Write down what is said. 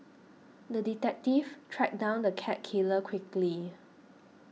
the detective tracked down the cat killer quickly